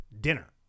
dinner